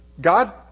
God